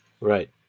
right